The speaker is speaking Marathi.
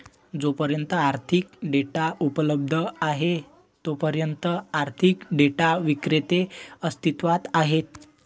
जोपर्यंत आर्थिक डेटा उपलब्ध आहे तोपर्यंत आर्थिक डेटा विक्रेते अस्तित्वात आहेत